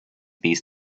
these